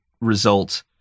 result